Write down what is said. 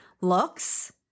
looks